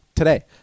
today